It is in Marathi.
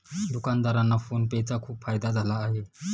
दुकानदारांना फोन पे चा खूप फायदा झाला आहे